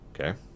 okay